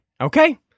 Okay